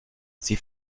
sie